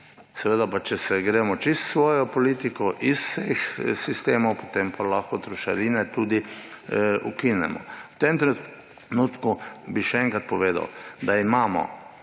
Seveda, če se gremo povsem svojo politiko izven vseh sistemov, potem pa lahko trošarine tudi ukinemo. V tem trenutku – še enkrat povem – imamo